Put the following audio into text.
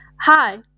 Hi